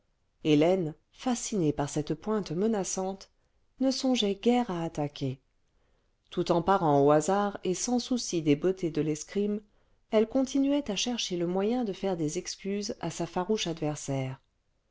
hélène fascinée par cette pointe menaçante ne songeait guère à attaquer tout en parant au hasard et sans s ouci des beautés de l'escrime elle continuait à chercher le moyen de faire des excuses à sa farouche adversaire